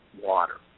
water